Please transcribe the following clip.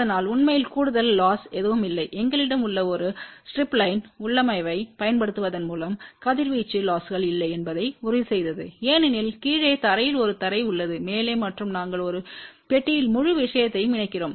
அதனால் உண்மையில் கூடுதல் லொஸ் எதுவும் இல்லை எங்களிடம் உள்ள ஒரு ஸ்ட்ரிப் லைன் உள்ளமைவைப் பயன்படுத்துவதன் மூலம் கதிர்வீச்சு லொஸ்கள் இல்லை என்பதையும் உறுதிசெய்தது ஏனெனில் கீழே தரையில் ஒரு தரை உள்ளது மேலே மற்றும் நாங்கள் ஒரு பெட்டியில் முழு விஷயத்தையும் இணைக்கிறோம்